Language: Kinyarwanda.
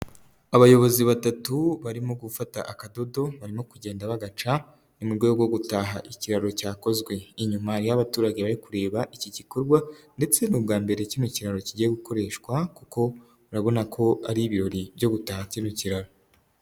Abayobozi batatu barimo gufata akadodo barimo kugenda bagaca mu rwego rwo gutaha ikiraro cyakozwe inyuma hariyo abaturage bari kureba iki gikorwa, ndetse ni ubwa mbere kino kiraro kigiye gukoreshwa, kuko urabona ko ari ibirori byo gutaha kino kiraro.